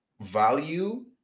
value